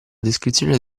descrizione